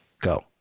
go